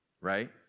right